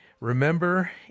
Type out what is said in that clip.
remember